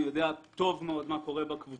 אני יודע טוב טוב מה קורה בקבוצות,